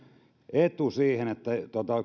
etu siihen